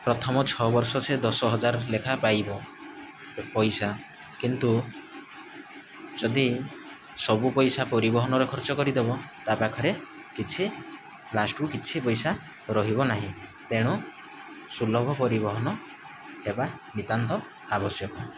ପ୍ରଥମ ଛଅ ବର୍ଷ ସିଏ ଦଶ ହଜାର ଲେଖା ପାଇବ ପଇସା କିନ୍ତୁ ଯଦି ସବୁ ପଇସା ପରିବହନରେ ଖର୍ଚ୍ଚ କରିଦେବ ତା ପାଖରେ କିଛି ଲାଷ୍ଟ୍କୁ କିଛି ପଇସା ରହିବ ନାହିଁ ତେଣୁ ସୁଲଭ ପରିବହନ ହେବା ନିତାନ୍ତ ଆବଶ୍ୟକ